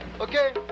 Okay